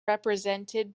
represented